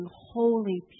holy